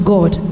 God